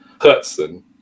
Hudson